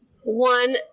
one